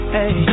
Hey